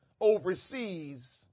overseas